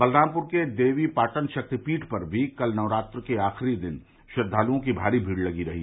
बलरामपुर के देवी पाटन शक्तिपीठ पर भी कल नक्रात्र के आखिरी दिन श्रद्दाल्ओं की भारी भीड़ लगी रही